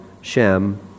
Shem